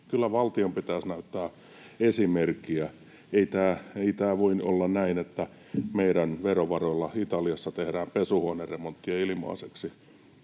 Kyllä valtion pitäisi näyttää esimerkkiä. Ei tämä voi olla näin, että meidän verovaroillamme Italiassa tehdään pesuhuoneremonttia ilmaiseksi.